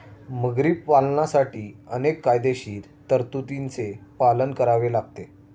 मगरी पालनासाठी अनेक कायदेशीर तरतुदींचे पालन करावे लागते